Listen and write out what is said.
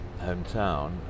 hometown